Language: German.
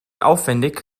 aufwendig